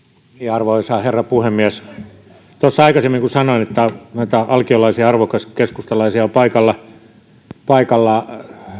arvoisa herra puhemies kun tuossa aikaisemmin sanoin että noita alkiolaisia arvokeskustalaisia on paikalla